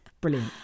Brilliant